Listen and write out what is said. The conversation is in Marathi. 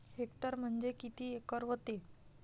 हेक्टर म्हणजे किती एकर व्हते?